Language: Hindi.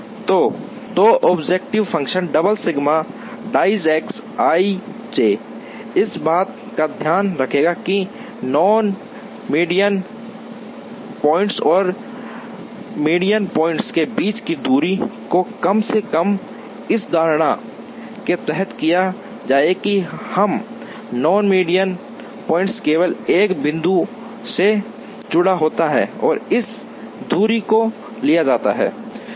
तो ऑब्जेक्टिव फंक्शन डबल सिग्मा डायज एक्स आईजे इस बात का ध्यान रखेगा कि नॉन मीडियन पॉइंट्स और मीडियन पॉइंट्स के बीच की दूरी को कम से कम इस धारणा के तहत किया जाए कि हर नॉन मेडियन पॉइंट केवल एक माध्य बिंदु से जुड़ा होता है और उस दूरी को लिया जाता है